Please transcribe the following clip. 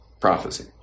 prophecy